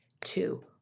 two